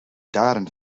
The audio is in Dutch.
daden